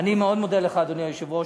אני מאוד מודה לך, אדוני היושב-ראש.